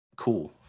cool